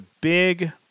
big